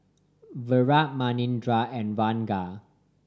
Virat Manindra and Ranga